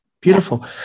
beautiful